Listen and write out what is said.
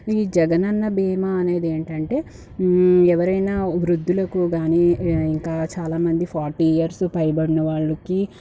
ఈ జగనన్న బీమా అనేది ఏంటంటే ఎవరైనా వృద్ధులకు కాని ఇంకా చాలా మంది ఫార్టీ ఇయర్స్ పైబడిన వాళ్లకి